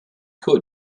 could